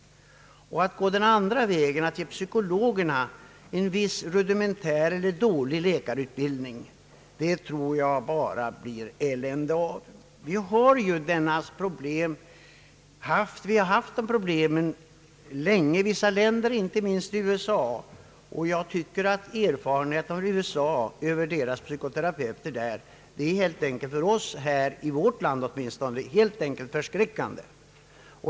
Att gå den andra vägen, att ge psykologerna en viss rudimentär eller dålig läkarutbildning, tror jag att det bara skulle bli elände av. Problemen har funnits länge i vissa länder, inte minst i USA, och jag tycker att erfarenheterna från psykoterapeuternas verksamhet i USA helt enkelt är förskräckande, åtminstone för oss i vårt land.